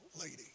lady